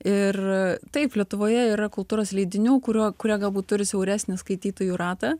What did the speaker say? ir taip lietuvoje yra kultūros leidinių kurio kurie galbūt turi siauresnį skaitytojų ratą